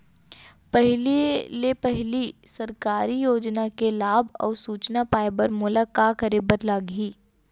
पहिले ले पहिली सरकारी योजना के लाभ अऊ सूचना पाए बर मोला का करे बर लागही?